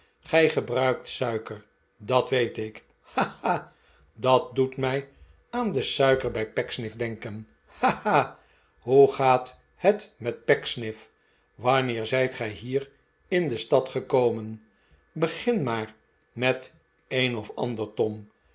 gij gebruikt suiker dat weet ik ha ha dat doet mij aan de suiker bij pecksniff denken ha ha ha hoe gaat het met pecksniff wanneer zijt gij hier in de stad gekomen begin maar met een of ander tom